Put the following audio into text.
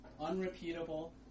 unrepeatable